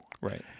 Right